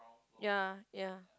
ya ya